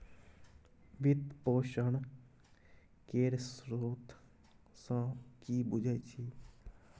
वित्त पोषण केर स्रोत सँ कि बुझै छी